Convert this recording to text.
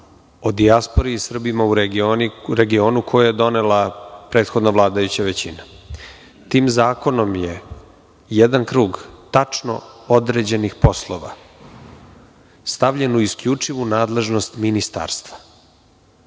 o dijaspori i Srbima u regionu koje je donela prethodna vladajuća većina. Tim zakonom je jedan krug tačno određenih poslova stavljen u isključivu nadležnost Ministarstva.